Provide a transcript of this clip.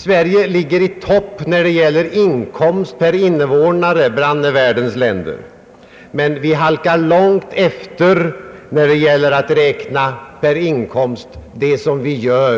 Sverige ligger i topp bland världens länder när det gäller inkomst per invånare, men vi halkar långt efter när det gäller det vi gör per